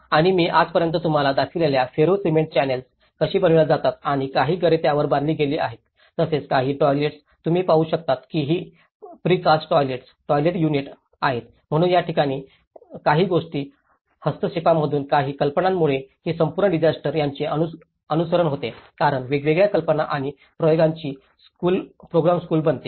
आणि मी आतापर्यंत तुम्हाला दाखवलेल्या फेरो सिमेंट चॅनेल्स कशी बनवल्या जातात आणि काही घरे त्यावर बांधली गेली आहेत तसेच काही टॉयलेट्स तुम्ही पाहू शकता की ही प्रीकॅस्ट टॉयलेट्स टॉयलेट युनिट आहेत म्हणून या काही गोष्टी हस्तक्षेपांमधून काही कल्पनांमुळे ही संपूर्ण डिसास्टर त्याचे अनुसरण होते कारण वेगवेगळ्या कल्पना आणि प्रयोगांची प्रयोगस्कूल बनते